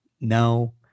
No